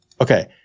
okay